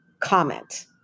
comment